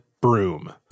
broom